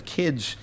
kids